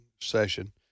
session